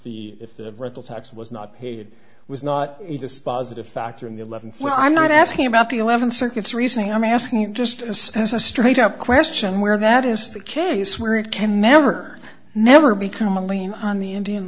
the if the if the tax was not paid was not a dispositive factor in the eleventh well i'm not asking about the eleven circuits recently i'm asking you just as as a straight up question where that is the case where it can never never become a lien on the indian